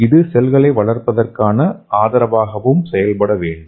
இது செல்களை வளர்ப்பதற்கான ஆதரவாகவும் செயல்பட வேண்டும்